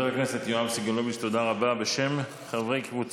חבר הכנסת יואב סגלוביץ', תודה רבה.